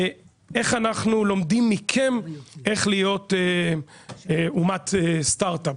איך אנחנו לומדים מכם איך להיות אומת סטארט אפ